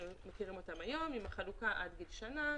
מכירים אותן היום עם החלוקה עד גיל שנה,